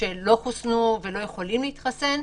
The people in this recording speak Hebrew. שלא חוסנו ולא יכולים להתחסן.